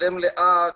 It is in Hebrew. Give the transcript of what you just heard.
התקדם לאט,